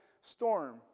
storm